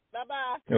Bye-bye